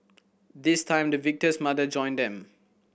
this time the victim's mother joined them